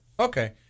Okay